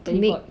teleport